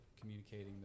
communicating